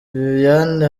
viviane